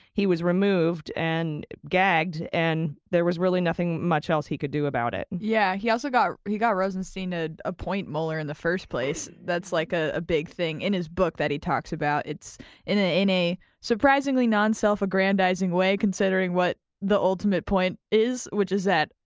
he was removed and gagged, and there was really nothing much else he could do about it. yeah. he also got rosenstein to appoint mueller in the first place. that's like ah a big thing in his book that he talks about. it's in ah in a surprisingly non-self-aggrandizing way, considering what the ultimate point is, which is that,